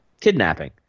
kidnapping